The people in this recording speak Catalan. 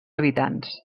habitants